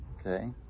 Okay